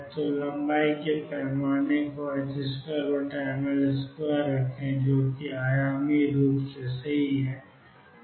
तो लंबाई के पैमाने को 2mL2 रखें जो कि आयामी रूप से सही है